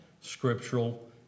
scriptural